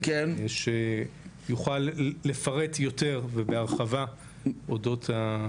שיוכל לפרט יותר בהרחבה אודות.